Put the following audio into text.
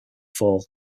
fall